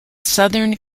southern